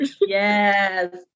Yes